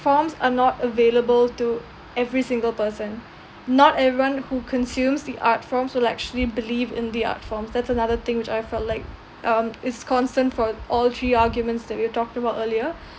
forms are not available to every single person not everyone who consumes the art forms will actually believe in the art forms that's another thing which I felt like um is concern for all three arguments that we've talked about earlier